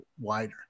wider